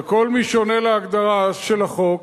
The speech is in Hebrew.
וכל מי שעונה להגדרה של החוק